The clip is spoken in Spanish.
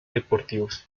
deportivos